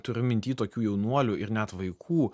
turiu minty tokių jaunuolių ir net vaikų